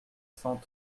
cent